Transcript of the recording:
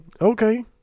Okay